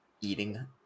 eating